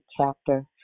chapter